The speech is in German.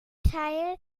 teil